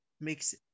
Makes